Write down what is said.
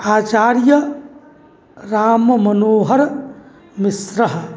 आचार्यराममनोहरमिश्रः